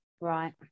Right